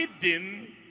hidden